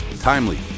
timely